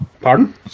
Pardon